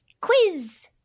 quiz